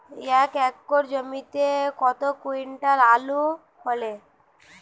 এক একর জমিতে কত কুইন্টাল আলু ফলে?